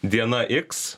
diena iks